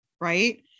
right